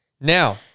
Now